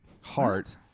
Heart